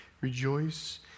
Rejoice